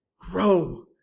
Grow